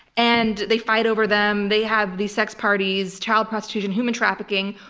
and they fight over them. they have these sex parties, child prostitution, human trafficking.